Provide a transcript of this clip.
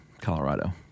Colorado